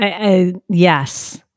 Yes